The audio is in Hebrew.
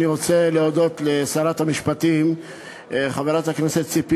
אני רוצה להודות לשרת המשפטים חברת הכנסת ציפי